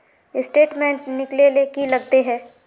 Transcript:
Statement निकले ले की लगते है?